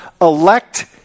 elect